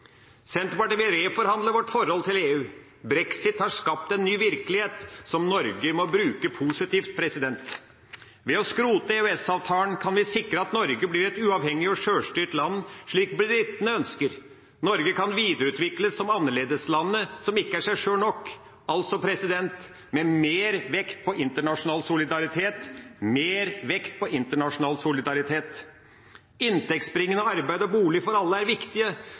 Senterpartiet vil reforhandle vårt forhold til EU. Brexit har skapt en ny virkelighet som Norge må bruke positivt. Ved å skrote EØS-avtalen kan vi sikre at Norge blir et uavhengig og sjølstyrt land, slik britene ønsker. Norge kan videreutvikles som annerledeslandet som ikke er seg sjøl nok, altså med mer vekt på internasjonal solidaritet. Inntektsbringende arbeid og bolig for alle er